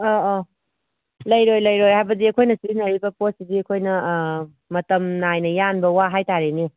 ꯑꯪ ꯑꯪ ꯂꯩꯔꯣꯏ ꯂꯩꯔꯣꯏ ꯍꯥꯏꯕꯗꯤ ꯑꯩꯈꯣꯏꯅ ꯁꯤꯖꯤꯟꯅꯔꯤꯕ ꯄꯣꯠꯁꯤꯗꯤ ꯑꯩꯈꯣꯏꯅ ꯃꯇꯝ ꯅꯥꯏꯅ ꯌꯥꯟꯕ ꯋꯥ ꯍꯥꯏꯇꯥꯔꯦꯅꯦ